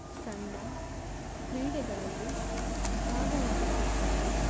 ಸಣ್ಣ ಕ್ರೀಡೆಗಳಲ್ಲಿ ಭಾಗವಹಿಸುತ್ತಾರೆ